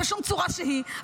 בשום צורה שהיא.